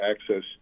access